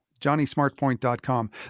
johnnysmartpoint.com